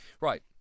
Right